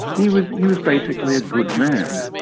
he was he was basically a good man,